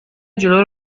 جلو